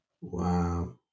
Wow